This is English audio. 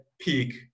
peak